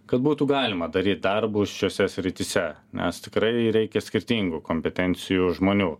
kad būtų galima daryt darbus šiose srityse nes tikrai reikia skirtingų kompetencijų žmonių